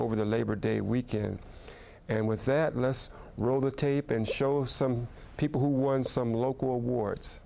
over the labor day weekend and with that less roll the tape and show some people who won some local awards